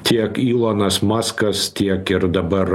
tiek ylonas maskas tiek ir dabar